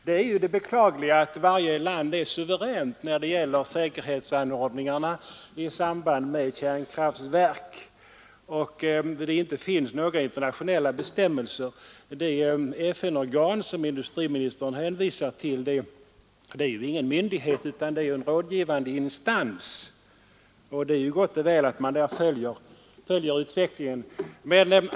Det beklagliga är ju att varje land är suveränt när det gäller säkerhetsanordningarna i samband med kärnkraftverk och att det inte finns några internationella bestämmelser. Det FN-organ som industriministern hänvisar till — JAEA — är ju ingen myndighet utan en rådgivande instans; det är gott och väl att man där följer utvecklingen.